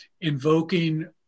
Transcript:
invoking